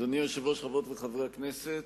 אדוני היושב-ראש, חברות וחברי הכנסת,